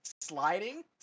sliding